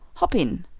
hop in.